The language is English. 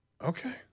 Okay